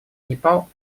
непал